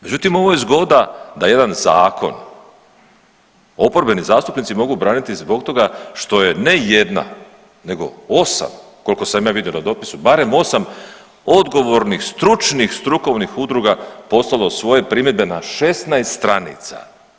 Međutim, ovo je zgoda da jedan zakon oporbeni zastupnici mogu braniti zbog toga što je ne jedna nego 8 koliko sam ja vidio na dopisu, barem 8 odgovornih stručnih, strukovnih udruga poslalo svoje primjedbe na 16 stranica.